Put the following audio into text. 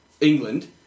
England